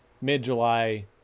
mid-July